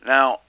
Now